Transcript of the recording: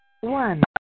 One